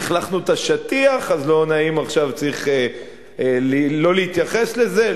לכלכנו את השטיח אז צריך עכשיו לא להתייחס לזה.